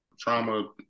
trauma